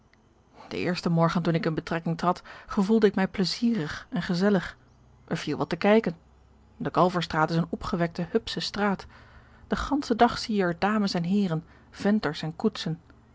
eersten morgen toen ik in betrekking trad gevoelde ik mij plezierig en gezellig er viel wat te kijken de kalverstraat is een opgewekte hupsche straat den ganschen dag zie je er dames en heeren venters en koetsen